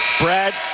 Brad